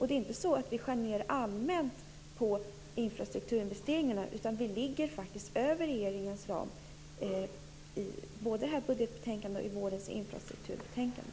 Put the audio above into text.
Det är inte så att vi skär ned allmänt på infrastrukturinvesteringarna, utan vi ligger faktiskt över regeringens ram både i det här betänkandet och i vårens infrastrukturbetänkande.